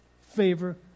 favor